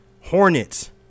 Hornets